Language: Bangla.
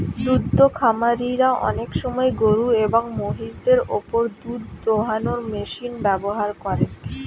দুদ্ধ খামারিরা অনেক সময় গরুএবং মহিষদের ওপর দুধ দোহানোর মেশিন ব্যবহার করেন